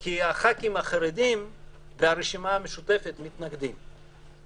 כי הח"כים החרדים וחברי הרשימה המשותפת מתנגדים,